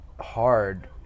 hard